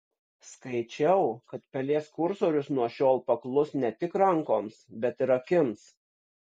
skaičiau kad pelės kursorius nuo šiol paklus ne tik rankoms bet ir akims